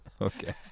Okay